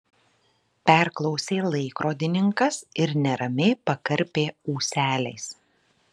perklausė laikrodininkas ir neramiai pakarpė ūseliais